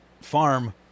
farm